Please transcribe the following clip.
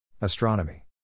Astronomy